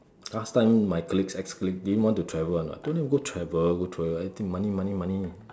last time my colleagues ex colleague didn't want to travel or not don't want to go travel go travel everything money money money